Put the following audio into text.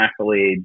accolades